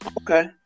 Okay